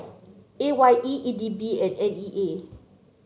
A Y E E D B and N E A